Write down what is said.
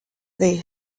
they